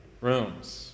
rooms